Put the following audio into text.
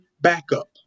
backup